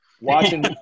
watching